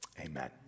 amen